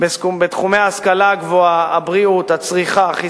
בתחומי ההשכלה הגבוהה, הבריאות, הצריכה, החיסכון,